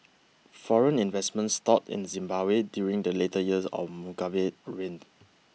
foreign investment stalled in Zimbabwe during the later years of Mugabe's reign